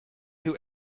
who